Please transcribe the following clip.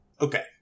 Okay